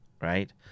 right